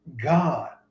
God